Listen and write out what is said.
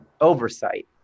oversight